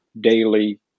daily